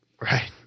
Right